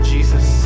Jesus